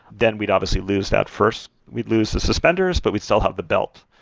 then we'd obviously lose that. first we'd lose the suspenders, but we'd still have the belt,